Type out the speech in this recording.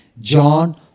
John